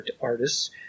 artists